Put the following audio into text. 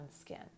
skin